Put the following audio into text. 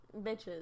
Bitches